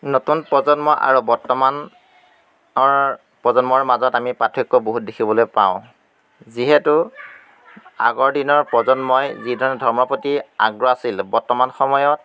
নতুন প্ৰজন্ম আৰু বৰ্তমানৰ প্ৰজন্মৰ মাজত আমি পাৰ্থক্য বহুত দেখিবলৈ পাওঁ যিহেতু আগৰ দিনৰ প্ৰজন্মই যিধৰণে ধৰ্মৰ প্ৰতি আগ্ৰহ আছিল বৰ্তমান সময়ত